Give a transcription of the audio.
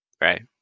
right